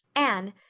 anne,